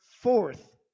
fourth